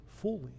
fully